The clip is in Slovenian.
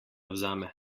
vzame